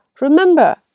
Remember